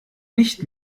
nicht